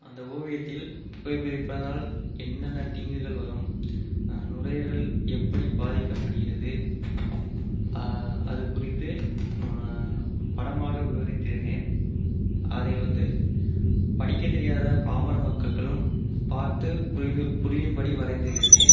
அந்த ஓவியத்தில் புகைப்பிடிப்பதினால் என்னென்ன தீங்குகள் வரும் நுரையீரல் எப்படி பாதிக்கப்படுகிறது அது குறித்து படமாக விவரித்திருந்தேன் அதை வந்து படிக்கத் தெரியாத பாமர மக்கள்களும் பார்த்து புரிந்து புரியும்படி வரைந்திருந்தேன்